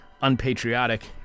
unpatriotic